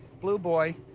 blue boy.